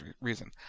reason